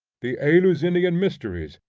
the eleusinian mysteries,